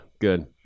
Good